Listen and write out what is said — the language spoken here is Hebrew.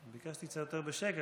ביקשתי קצת יותר בשקט.